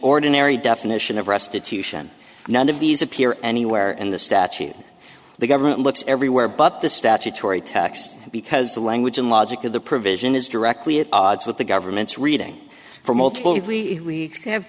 ordinary definition of restitution none of these appear anywhere in the statute the government looks everywhere but the statutory text because the language and logic of the provision is directly at odds with the government's reading from multiple if we have